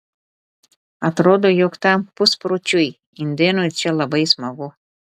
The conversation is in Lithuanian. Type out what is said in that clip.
atrodo jog tam puspročiui indėnui čia labai smagu